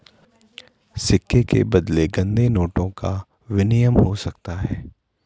सिक्के के बदले गंदे नोटों का विनिमय हो सकता है